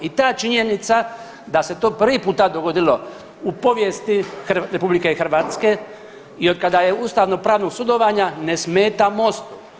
I ta činjenica da se to prvi puta dogodilo u povijesti RH i od kad je ustavnopravnog sudovanja ne smeta Mostu.